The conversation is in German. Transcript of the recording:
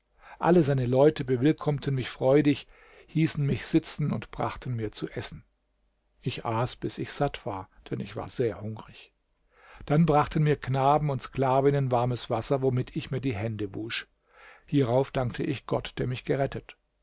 alle seine leute bewillkommten mich freudig hießen mich sitzen und brachten mir zu essen ich aß bis ich satt war denn ich war sehr hungrig dann brachten mir knaben und sklavinnen warmes wasser womit ich mir die hände wusch hierauf dankte ich gott der mich gerettet